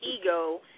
ego